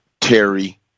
Terry